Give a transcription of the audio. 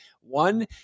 one